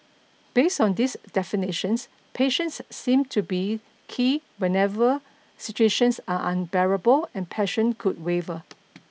based on these definitions patience seems to be key whenever situations are unbearable and passion could waver